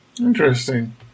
Interesting